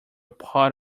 part